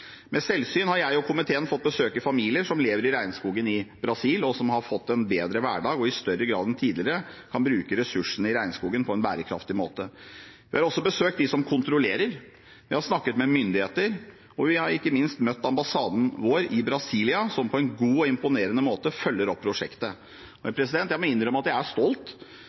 selvsyn har jeg og komiteen fått besøke familier som lever i regnskogen i Brasil, og som har fått en bedre hverdag og i større grad enn tidligere kan bruke ressursene i regnskogen på en bærekraftig måte. Vi har også besøkt dem som kontrollerer, vi har snakket med myndigheter, og vi har ikke minst møtt ambassaden vår i Brasilia, som på en god og imponerende måte følger opp prosjektet. Jeg må innrømme at jeg er stolt